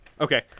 Okay